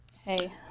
hey